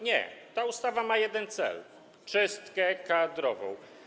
Nie, ta ustawa ma jeden cel - czystkę kadrową.